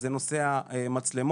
זה נושא המצלמות.